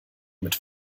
mit